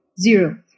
Zero